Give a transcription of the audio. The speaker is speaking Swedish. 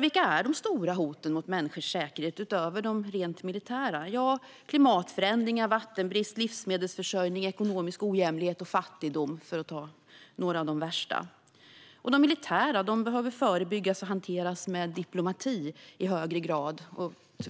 Vilka är de stora hoten mot människors säkerhet, utöver de rent militära? Det är klimatförändringar, vattenbrist, otillräcklig livsmedelsförsörjning, ekonomisk ojämlikhet och fattigdom, för att ta några av de värsta. De militära hoten behöver i högre grad förebyggas och hanteras med diplomati.